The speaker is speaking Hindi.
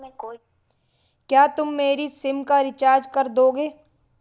क्या तुम मेरी सिम का रिचार्ज कर दोगे?